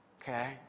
okay